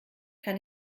kann